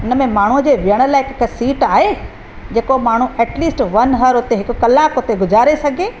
हिन में माण्हूअ जे विहण लायक़ हिकु सीट आहे जेको माण्हू ऐटलिस्ट वन आर हुते हिकु कलाकु हुते गुज़ारे सघे